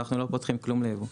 פה לא פותחים כלום ליבוא.